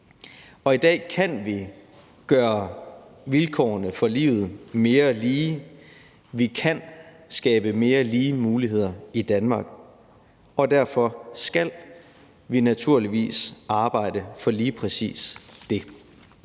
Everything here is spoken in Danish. i dag kan vi gøre vilkårene for livet mere lige. Vi kan skabe mere lige muligheder i Danmark, og derfor skal vi naturligvis arbejde for lige præcis det.